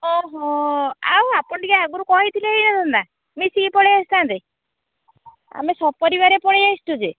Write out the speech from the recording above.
ଓହୋ ଆଉ ଆପଣ ଟିକେ ଆଗରୁ କହିଥିଲେ ହେଇଯାନ୍ତା ମିଶିକି ପଳେଇ ଆସିଥାନ୍ତେ ଆମେ ସପରିବାରେ ପଳେଇ ଆସିଛୁ ଯେ